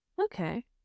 Okay